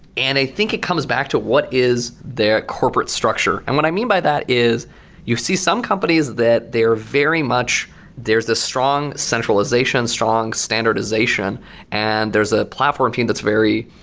and think it comes back to what is their corporate structure. and what i mean by that is you see some companies that they're very much there's a strong centralization, strong standardization and there's a platform team that's very,